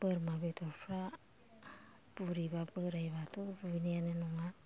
बोरमा बेदरफ्रा बुरिबा बोराइबाथ' रुइनायानो नङा